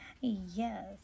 yes